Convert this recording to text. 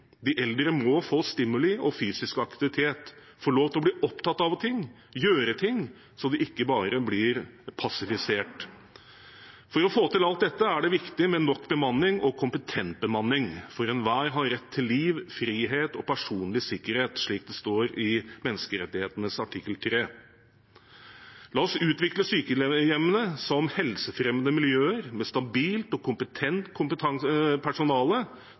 De eldre må få stimuli og fysisk aktivitet, få lov til å bli opptatt av ting og gjøre ting, så de ikke bare blir passivisert. For å få til alt dette er det viktig med nok bemanning og kompetent bemanning, for enhver har rett til liv, frihet og personlig sikkerhet, slik det står i menneskerettighetenes artikkel 3. La oss utvikle sykehjemmene som helsefremmende miljøer med stabilt og kompetent personale,